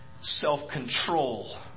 self-control